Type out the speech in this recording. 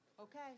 okay